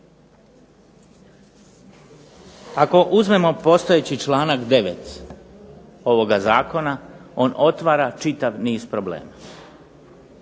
ako uzmemo postojeći članak 9. ovoga Zakona on otvara čitav niz problema.